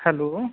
hello